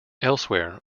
elsewhere